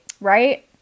right